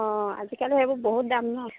অঁ আজিকালি সেইবোৰ বহুত দাম ন